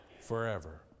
forever